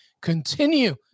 continue